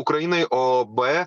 ukrainai o b